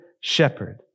shepherd